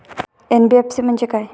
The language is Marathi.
एन.बी.एफ.सी म्हणजे काय?